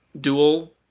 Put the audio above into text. dual